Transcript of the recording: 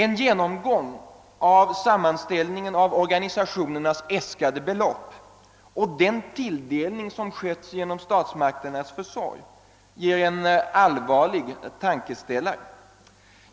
En genomgång av sammanställningen över av organisationerna äskade belopp och den tilldelning som skett genom statsmakternas försorg ger en allvarlig tankeställare.